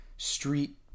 Street